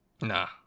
Nah